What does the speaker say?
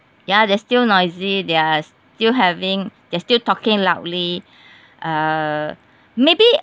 ya they're still noisy they are still having they're still talking loudly uh maybe